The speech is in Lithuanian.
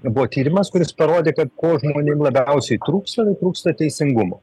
buvo tyrimas kuris parodė kad ko žmonėm labiausiai trūksta trūksta teisingumo